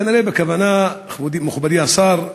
כנראה בכוונה, מכובדי השר,